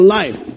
life